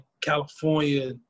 California